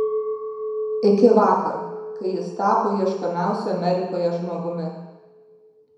iki vakar kai jis tapo ieškomiausiu amerikoje žmogumi